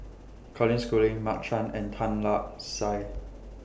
Colin Schooling Mark Chan and Tan Lark Sye